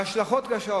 והשלכות קשות